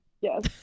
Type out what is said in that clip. yes